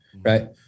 right